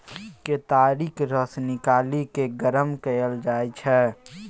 केतारीक रस निकालि केँ गरम कएल जाइ छै